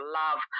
love